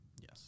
Yes